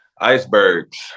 Icebergs